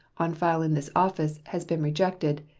on file in this office, has been rejected,